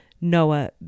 Noah